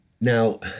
Now